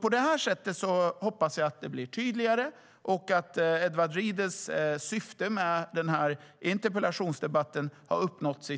På det här sättet hoppas jag att det blir tydligare och att Edward Riedls syfte med interpellationsdebatten har uppnåtts.